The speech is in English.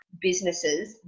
businesses